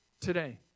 today